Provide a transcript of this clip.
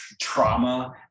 trauma